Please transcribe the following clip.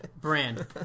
Brand